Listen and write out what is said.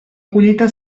collita